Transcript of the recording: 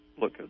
look